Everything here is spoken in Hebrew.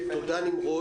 זה הרי מסכם הכול.